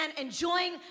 enjoying